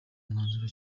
umwanzuro